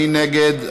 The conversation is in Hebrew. מי נגד?